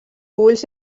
ulls